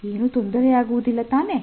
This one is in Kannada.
ಏನೂ ತೊಂದರೆಯಾಗುವುದಿಲ್ಲ ತಾನೇ